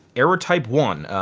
error type one.